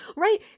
right